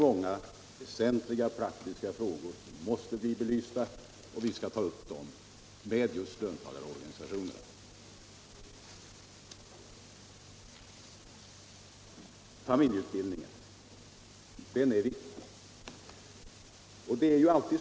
Många väsentliga praktiska frågor måste bli belysta, och vi skall ta upp dem med löntagarorganisationerna. Föräldrautbildningen är viktig.